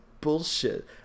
bullshit